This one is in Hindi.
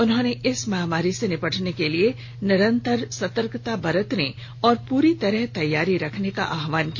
उन्होंने इस महामारी से निपटने के लिए निरंतर सतर्कता बरतने और पूरी तरह तैयारी रखने का आहवान किया